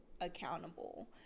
accountable